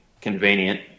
convenient